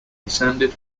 descended